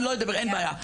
אני לא אדבר אין בעיה,